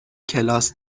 کلاس